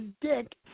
dick